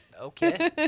okay